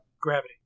gravity